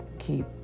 keep